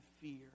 fear